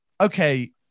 okay